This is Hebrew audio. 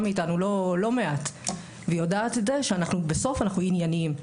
מאיתנו לא מעט והיא יודעת את זה שבסוף אנחנו ענייניים.